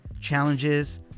challenges